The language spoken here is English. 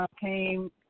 came